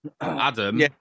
Adam